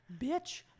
Bitch